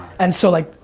and so, like,